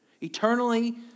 eternally